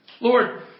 Lord